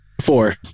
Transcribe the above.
Four